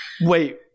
Wait